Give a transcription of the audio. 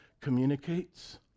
communicates